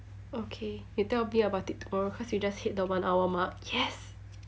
okay you tell me about it tomorrow cause we just hit the one hour mark yes